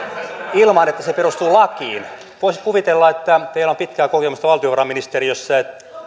ilman että se perustuu lakiin voisi kuvitella että teillä on pitkää kokemusta valtiovarainministeriössä